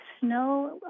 snow